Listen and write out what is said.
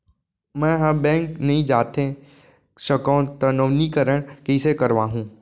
मैं ह बैंक नई जाथे सकंव त नवीनीकरण कइसे करवाहू?